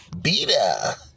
Beta